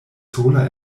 sola